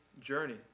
journey